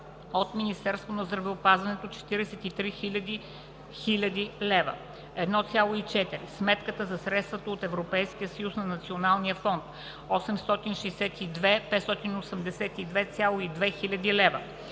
от Министерството на здравеопазването 43 000,0 хил. лв. 1.4. Сметката за средствата от Европейския съюз на Националния фонд 862 582,2 хил. лв.